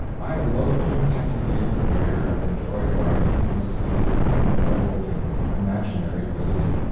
i loafed contentedly in the rear and enjoyed my infamous pipe and revelled in imaginary villany.